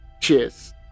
cheers